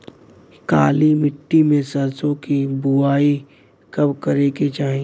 काली मिट्टी में सरसों के बुआई कब करे के चाही?